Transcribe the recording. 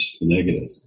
negative